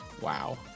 wow